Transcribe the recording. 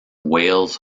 whales